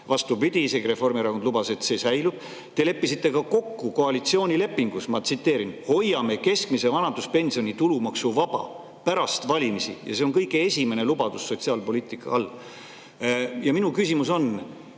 vastupidi, isegi Reformierakond lubas, et see säilib. Te leppisite koalitsioonilepingus kokku, ma tsiteerin: "Hoiame keskmise vanaduspensioni tulumaksuvaba." See oli pärast valimisi. Ja see on kõige esimene lubadus sotsiaalpoliitika all. Minu küsimus on: